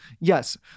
Yes